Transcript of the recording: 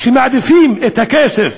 ומעדיפים את הכסף